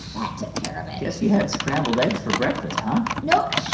that took care of it guess you had scrambled eggs for breakfast, huh? nope.